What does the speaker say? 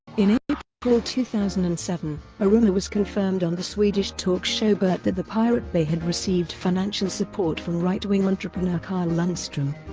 in ah april two thousand and seven, a rumour was confirmed on the swedish talk show bert that the pirate bay had received financial support from right-wing entrepreneur carl lundstrom.